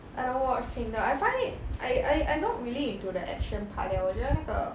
I don't watch kingdom I find it I I I not really into the action part leh 我觉得那个